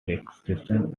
existence